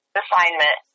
assignment